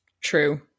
true